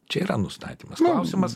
čia yra nustatymas klausimas